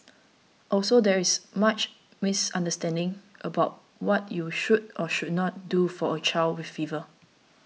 also there is much misunderstanding about what you should or should not do for a child with fever